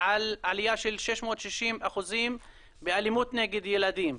על עלייה של 660% באלימות נגד הילדים.